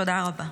תודה רבה.